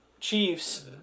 Chiefs